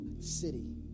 city